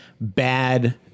bad